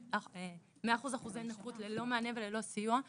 מאה אחוזי נכות ללא מענה וללא סיוע,